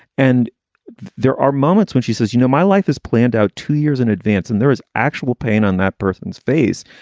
and there are moments when she says, you know, my life is planned out two years in advance and there is actual pain on that person's face.